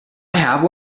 have